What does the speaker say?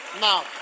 Now